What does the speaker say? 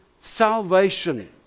salvation